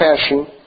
passion